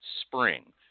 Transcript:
spring